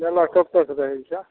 मेला कब तक रहैत छै